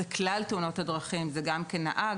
זה כלל תאונות הדרכים גם כנהג,